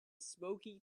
smoky